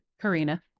Karina